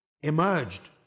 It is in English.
Emerged